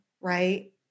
right